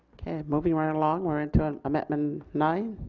moving right along we are into amendment nine.